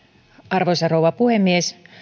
arvoisa rouva puhemies